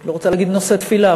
לא רוצה להגיד נושאת תפילה,